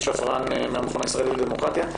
שפרן גיטלמן מן המכון הישראלי לדמוקרטיה.